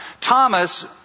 Thomas